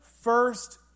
first